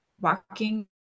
Walking